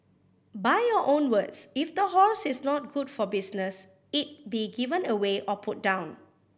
by your own words if the horse is not good for business it be given away or put down